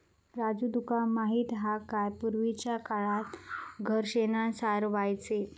राजू तुका माहित हा काय, पूर्वीच्या काळात घर शेणानं सारवायचे